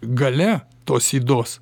galia tos ydos